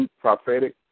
prophetic